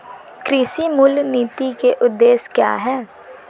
कृषि मूल्य नीति के उद्देश्य क्या है?